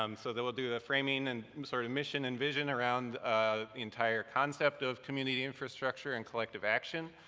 um so then we'll do the framing and sort of mission and vision around the entire concept of community infrastructure and collective action,